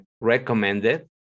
recommended